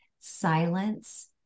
silence